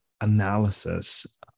analysis